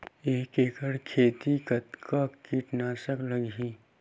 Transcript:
एक एकड़ खेती कतका किट नाशक लगही?